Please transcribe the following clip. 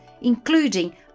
including